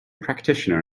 practitioner